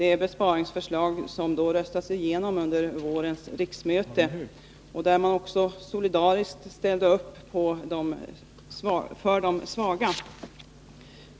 Man ställde där även solidariskt upp för de svaga.